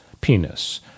penis